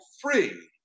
free